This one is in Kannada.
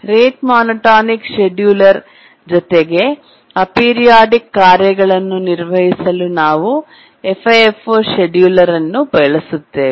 ರೇಟ್ ಮೋನೋಟೋನಿಕ್ ಷೆಡ್ಯೂಳೆರ್ ಜೊತೆಗೆ ಅಪೀರಿಯೋಡಿಕ್ ಕಾರ್ಯಗಳನ್ನು ನಿರ್ವಹಿಸಲು ನಾವು FIFO ಷೆಡ್ಯೂಳೆರ್ ನ್ನು ಬಳಸುತ್ತೇವೆ